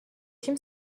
شیم